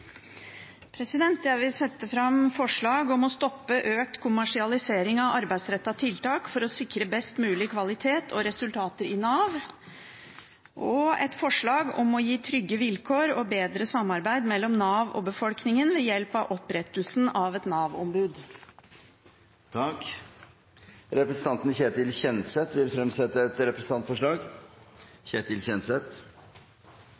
representantforslag. Jeg vil sette fram et forslag om å stoppe økt kommersialisering av arbeidsrettede tiltak for å sikre best mulig kvalitet og resultater i Nav, og et forslag om å gi trygge vilkår og bedre samarbeid mellom Nav og befolkningen ved hjelp av opprettelsen av et Nav-ombud. Representanten Ketil Kjenseth vil fremsette et